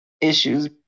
issues